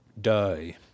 Die